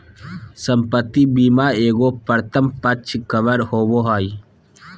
संपत्ति बीमा एगो प्रथम पक्ष कवर होबो हइ